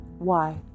Why